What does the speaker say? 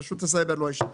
רשות הסייבר לא אישרה אותו.